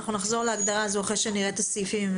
נחזור להגדרה הזאת אחרי שנראה את הסעיפים.